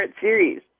series